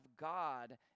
God